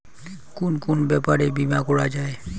কুন কুন ব্যাপারে বীমা করা যায়?